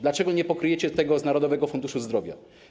Dlaczego nie pokryjecie tego z Narodowego Funduszu Zdrowia?